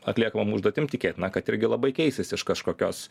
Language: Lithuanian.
atliekamom užduotim tikėtina kad irgi labai keisis iš kažkokios